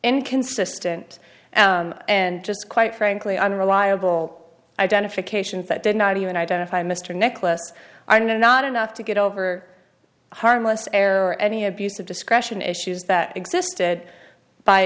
inconsistent and just quite frankly unreliable identifications that did not even identify mr nicholas are not enough to get over harmless error any abuse of discretion issues that existed by